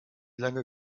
lange